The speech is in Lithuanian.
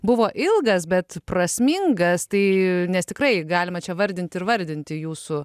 buvo ilgas bet prasmingas tai nes tikrai galima čia vardint ir vardinti jūsų